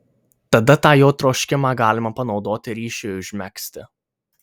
tada tą jo troškimą galima panaudoti ryšiui užmegzti